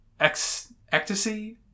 ecstasy